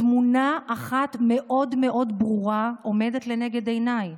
תמונה אחת מאוד מאוד ברורה עומדת לנגד עיניי.